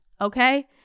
okay